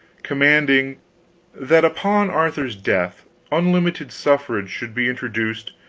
commanding that upon arthur's death unlimited suffrage should be introduced,